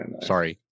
Sorry